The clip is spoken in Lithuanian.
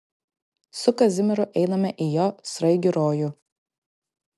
su kazimieru einame į jo sraigių rojų